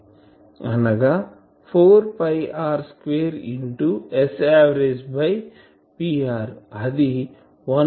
అనగా 4 r square into Sav by Pr అది 1